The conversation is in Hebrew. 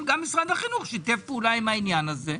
אבל גם משרד החינוך שיתף פעולה עם העניין הזה,